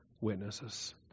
witnesses